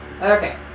Okay